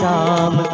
Ram